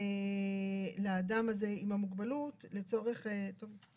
לאדם הזה עם המוגבלות לצורך, טוב.